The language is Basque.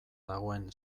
dagoen